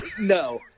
No